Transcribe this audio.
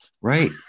Right